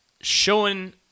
Showing